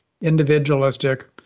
individualistic